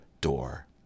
door